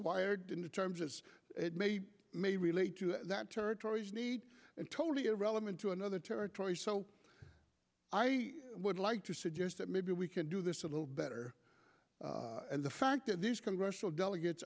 wired into terms as it may may relate to that territories need totally irrelevant to another territory so i would like to suggest that maybe we can do this a little better and the fact that these congressional delegate